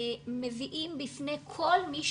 מביאים בפני כל מי שצריך,